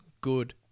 good